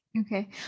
okay